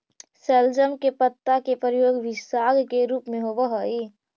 शलजम के पत्ता के प्रयोग भी साग के रूप में होव हई